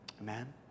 amen